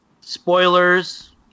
Spoilers